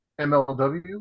MLW